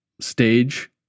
stage